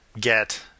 get